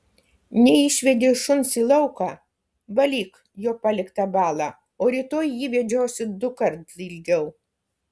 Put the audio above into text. neišvedei šuns į lauką valyk jo paliktą balą o rytoj jį vedžiosi dukart ilgiau